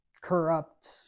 corrupt